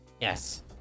Yes